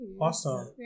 Awesome